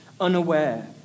unaware